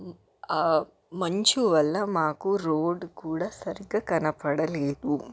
ఆ మంచు వల్ల మాకు రోడ్డు కూడా సరిగ్గా కనపడలేదు